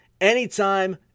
anytime